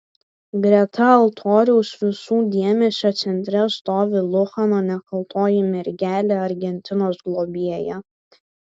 greta altoriaus visų dėmesio centre stovi luchano nekaltoji mergelė argentinos globėja